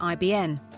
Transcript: IBN